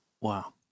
Wow